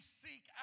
seek